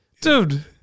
Dude